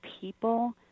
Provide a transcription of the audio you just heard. people